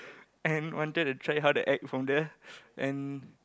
and wanted to try how to act from there and